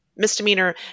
misdemeanor